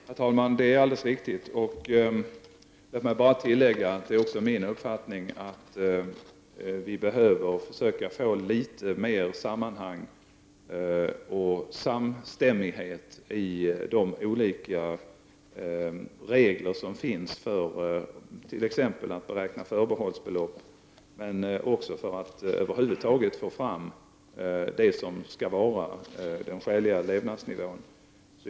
Herr talman! Det är alldeles riktigt. Låt mig bara tillägga att det också är min uppfattning att vi behöver få litet mer sammanhang och samstämmighet i de olika regler som finns för att t.ex. beräkna förbehållsbelopp men också för att få fram det som över huvud taget skall vara den skäliga levnadsnivån.